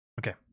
Okay